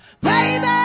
baby